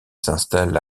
s’installe